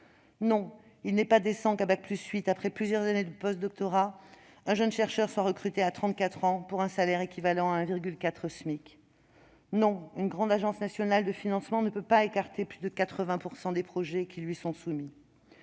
Non, il n'est pas décent qu'à bac+8, après plusieurs années de postdoctorat, un jeune chercheur soit recruté à 34 ans pour un salaire équivalent à 1,4 SMIC. Non, une grande agence nationale de financements ne peut pas écarter plus de 80 % des projets qui lui sont soumis.